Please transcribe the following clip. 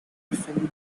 griffin